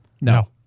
No